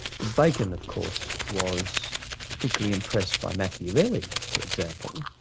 but bacon of course, was particularly impressed by machiavelli, for example,